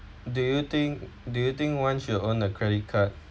do you think do you think once you own a credit card